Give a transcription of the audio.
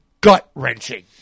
gut-wrenching